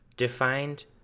defined